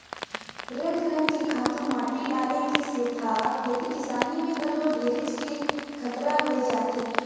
रंग रंग के खातू माटी डाले के सेथा खेती किसानी में घलो ढेरेच के खतरा होय जाथे